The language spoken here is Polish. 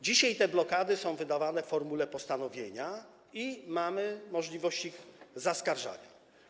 Dzisiaj te blokady są wydawane w formule postanowienia i mamy możliwość ich zaskarżania.